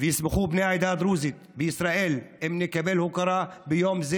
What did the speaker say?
וישמחו בני העדה הדרוזית וישראל אם נקבל הוקרה ביום זה